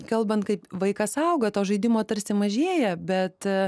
kalbant kaip vaikas auga to žaidimo tarsi mažėja bet